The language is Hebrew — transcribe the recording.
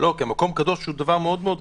כי מקום קדוש הוא דבר מאוד מאוד רחב.